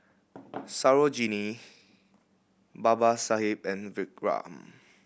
Sarojini Babasaheb and Vikram